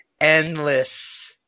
endless